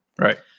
Right